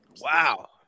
Wow